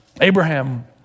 Abraham